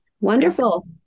Wonderful